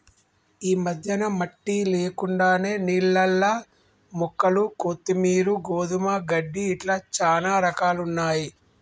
ఈ మధ్యన మట్టి లేకుండానే నీళ్లల్ల మొక్కలు కొత్తిమీరు, గోధుమ గడ్డి ఇట్లా చానా రకాలున్నయ్యి